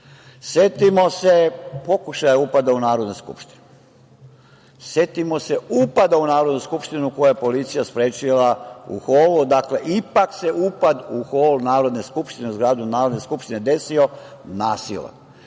Setimo se pokušaja upada u Narodnu skupštinu. Setimo se upada u Narodnu skupštinu koji je policija sprečila u holu, dakle, ipak se upad u hol Narodne skupštine, u zgradu Narodne skupštine desio nasilan.